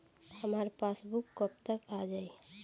हमार पासबूक कब तक आ जाई?